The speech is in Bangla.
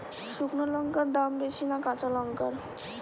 শুক্নো লঙ্কার দাম বেশি না কাঁচা লঙ্কার?